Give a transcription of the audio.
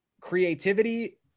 creativity